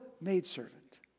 maidservant